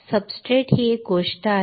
substrate ही एक गोष्ट आहे